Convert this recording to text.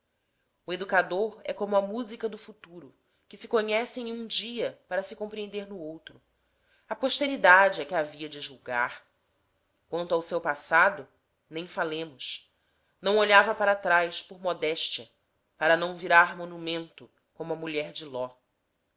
o educador é como a música do futuro que se conhece em um dia para se compreender no outro a posteridade é que havia de julgar quanto ao seu passado nem falemos não olhava para trás por modéstia para não virar monumento como a mulher de ló